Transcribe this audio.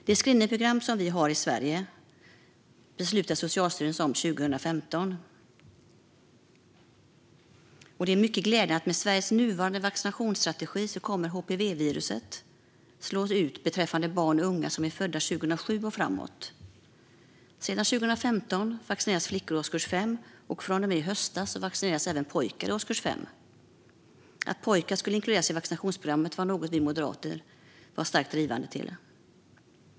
Det screeningprogram som vi har i Sverige fattade Socialstyrelsen beslut om år 2015, och det är mycket glädjande att med Sveriges nuvarande vaccinationsstrategi kommer HPV-viruset att slås ut beträffande barn och unga som är födda år 2007 och framåt. Sedan 2015 vaccineras flickor i årskurs 5, och från och med i höstas vaccineras även pojkar i årskurs 5. Att pojkar skulle inkluderas i vaccinationsprogrammet var något vi moderater var starkt drivande till.